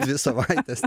dvi savaitės